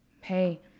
Hey